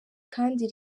kandi